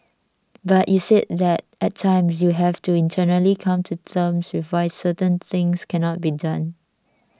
but you said that at times you have to internally come to terms with why certain things cannot be done